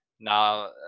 now